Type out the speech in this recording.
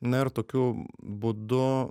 na ir tokiu būdu